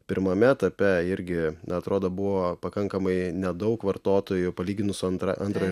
pirmame etape irgi na atrodo buvo pakankamai nedaug vartotojų palyginus su antra antra